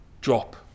drop